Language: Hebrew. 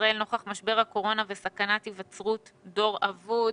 בישראל נוכח משבר הקורונה וסכנת היווצרות דור אבוד,